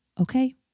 okay